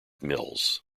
mills